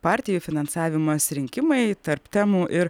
partijų finansavimas rinkimai tarp temų ir